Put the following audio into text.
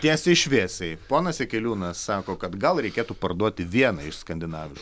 tiesiai šviesiai ponas jakeliūnas sako kad gal reikėtų parduoti vieną iš skandinaviš